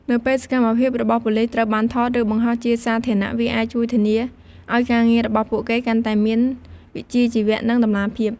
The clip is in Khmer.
នៅពេល សកម្មភាពរបស់ប៉ូលិស ត្រូវបាន ថត ឬ បង្ហោះជាសាធារណៈ វាអាច ជួយធានា ឱ្យការងាររបស់ពួកគេកាន់តែមាន វិជ្ជាជីវៈ និង តម្លាភាព។